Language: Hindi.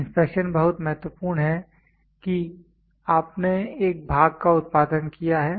इंस्पेक्शन बहुत महत्वपूर्ण है कि आपने एक भाग का उत्पादन किया है